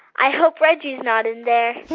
i hope reggie's not in there